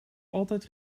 altijd